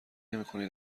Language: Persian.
نمیکنی